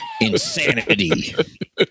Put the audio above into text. Insanity